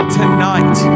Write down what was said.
tonight